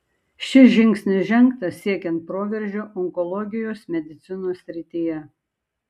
šis žingsnis žengtas siekiant proveržio onkologijos medicinos srityje